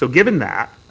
so given that,